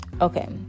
okay